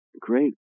great